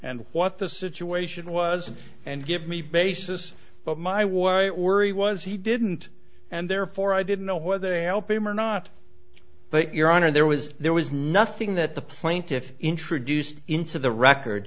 and what the situation was and give me basis but my warrant worry was he didn't and therefore i didn't know whether they help him or not but your honor there was there was nothing that the plaintiffs introduced into the record